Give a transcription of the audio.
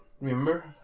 Remember